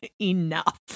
enough